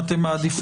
אם אתן מעדיפות.